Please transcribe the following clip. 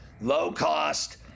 low-cost